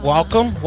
Welcome